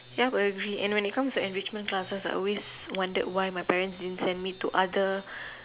ya but agree and when it comes to enrichment classes I always wonder why my parents didn't send me to other